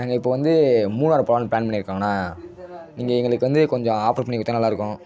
நாங்கள் இப்போது வந்து மூணாறு போலாம்னு ப்ளான் பண்ணியிருக்கோங்கண்ணா நீங்கள் எங்களுக்கு வந்து கொஞ்சம் ஆஃபர் பண்ணி கொடுத்தா நல்லா இருக்கும்